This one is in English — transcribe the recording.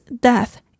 death